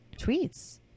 tweets